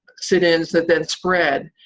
sit-ins that then spread.